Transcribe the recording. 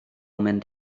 mynd